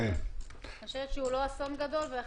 אני חושבת שהוא לא אסון גדול,